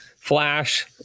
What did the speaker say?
Flash